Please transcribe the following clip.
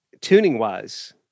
Tuning-wise